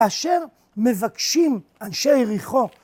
אשר מבקשים אנשי יריחו.